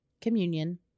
communion